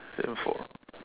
and for